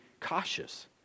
cautious